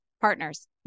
partners